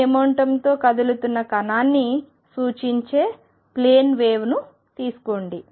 P మొమెంటంతో కదులుతున్న కణాన్ని సూచించే ప్లేన్ వేవ్ ను తీసుకోండి